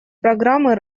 программы